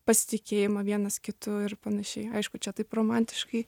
pasitikėjimą vienas kitu ir panašiai aišku čia taip romantiškai